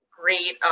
great